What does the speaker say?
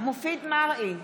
מופיד מרעי,